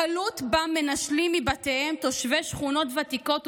הקלות שבה מנשלים מבתיהם תושבי שכונות ותיקות,